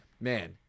man